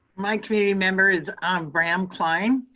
my community member is, um bram klein.